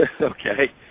Okay